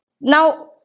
Now